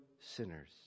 sinners